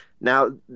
Now